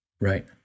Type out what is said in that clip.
Right